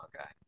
okay